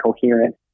coherent